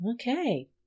Okay